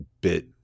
bit